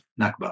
Nakba